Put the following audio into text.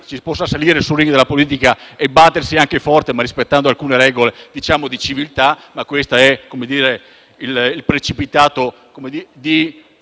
si possa salire sul *ring* della politica e battersi anche forte, ma rispettando alcune regole di civiltà. Ma questo, del resto, è il precipitato di